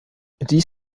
dies